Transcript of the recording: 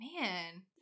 Man